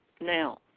now